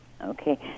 Okay